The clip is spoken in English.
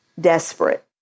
desperate